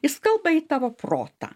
jis kalba į tavo protą